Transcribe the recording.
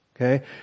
okay